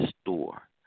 store